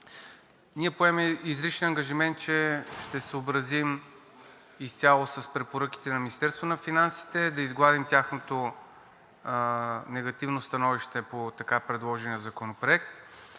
Ние поемаме изричен ангажимент, че ще се съобразим изцяло с препоръките на Министерството на финансите да изгладим тяхното негативно становище по така предложения законопроект.